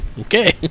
Okay